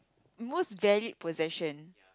most valued possession